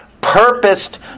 purposed